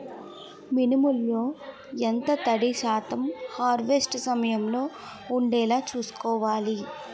మినుములు లో ఎంత తడి శాతం హార్వెస్ట్ సమయంలో వుండేలా చుస్కోవాలి?